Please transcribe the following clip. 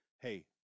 Hey